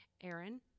Aaron